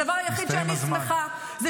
הדבר היחיד שאני שמחה, זה